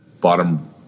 Bottom